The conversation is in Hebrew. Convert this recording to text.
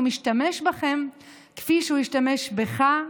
הוא משתמש בכם כפי שהוא השתמש בך,